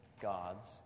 God's